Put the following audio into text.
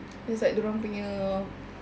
there's like dorang punya